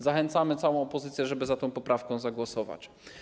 Zachęcamy całą opozycję, żeby za tą poprawką zagłosować.